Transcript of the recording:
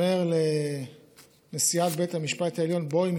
אומר לנשיאת בית המשפט העליון: בואי עם